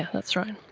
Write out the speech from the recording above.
ah that's right.